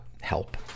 help